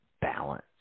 balance